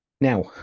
Now